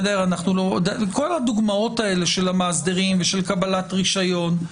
כל הדוגמאות האלה של המאסדרים ושל קבלת רישיון,